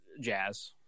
jazz